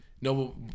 No